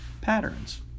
patterns